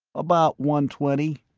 about one twenty.